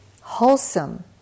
Wholesome